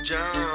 John